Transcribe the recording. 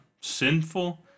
sinful